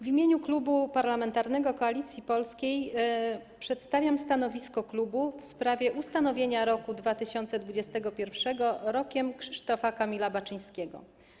W imieniu Klubu Parlamentarnego Koalicja Polska przedstawiam stanowisko klubu w sprawie ustanowienia roku 2021 Rokiem Krzysztofa Kamila Baczyńskiego.